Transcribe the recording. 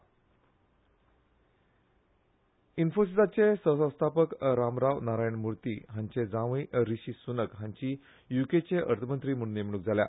युके इन्फोसीसाचे सहसंस्थापक रामराव नारायण मूर्ती हांचे जांवय रीशी सुनक हांची युकेचे अर्थमंत्री म्हूण नेमणूक जाल्या